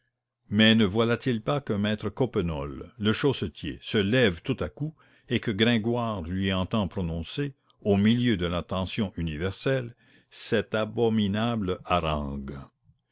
mais ne voilà-t-il pas que maître coppenole le chaussetier se lève tout à coup et que gringoire lui entend prononcer au milieu de l'attention universelle cette abominable harangue